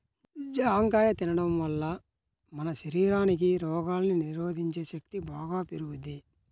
జాంకాయ తిండం వల్ల మన శరీరానికి రోగాల్ని నిరోధించే శక్తి బాగా పెరుగుద్ది